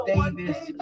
Davis